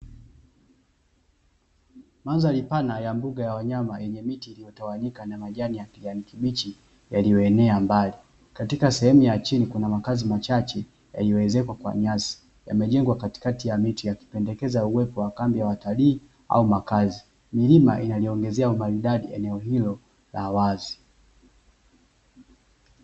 Mandhari pana ya mbuga ya wanyama, yenye miti iliyotawanyika na majani ya kijani kibichi yaliyoenea mbali. Katika sehemu ya chini kuna makazi machache yaliyoezekwa kwa nyasi, yamejengwa katikati ya miti yakipendekeza uwepo wa kambi ya watalii au makazi. Milima inaliongezea umaridadi eneo hilo la wazi.